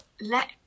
let